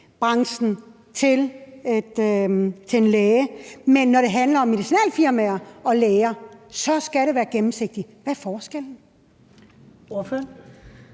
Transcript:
til en læge, men når det handler om medicinalfirmaer og læger, så skal det være gennemsigtigt. Hvad er forskellen? Kl.